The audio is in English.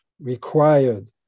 required